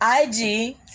IG